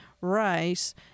rice